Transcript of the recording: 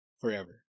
forever